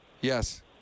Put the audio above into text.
Yes